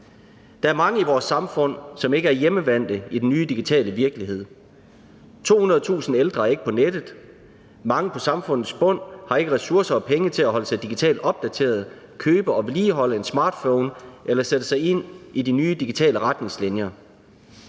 Der er mange i vores samfund, som ikke er hjemmevante i den nye digitale virkelighed. 200.000 ældre er ikke på nettet, mange på samfundets bund har ikke ressourcer og penge til at holde sig digitalt opdateret, købe og vedligeholde en smartphone eller sætte sig ind i de nye digitale retningslinjer.